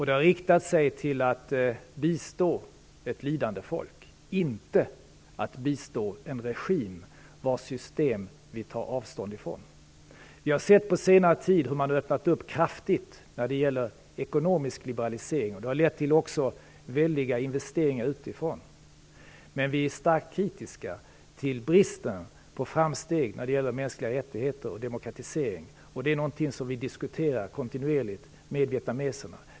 Det har varit inriktat på att bistå ett lidande folk, inte på att bistå en regim vars system vi tar avstånd från. Vi har på senare tid sett hur man kraftigt har öppnat när det gäller ekonomisk liberalisering, och det har också lett till väldiga investeringar utifrån. Men vi är starkt kritiska till bristen på framsteg när det gäller mänskliga rättigheter och demokratisering. Det är någonting som vi diskuterar kontinuerligt med vietnameserna.